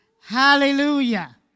hallelujah